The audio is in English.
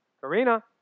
Karina